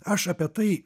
aš apie tai